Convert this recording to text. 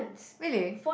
really